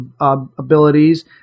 abilities